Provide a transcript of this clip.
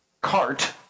cart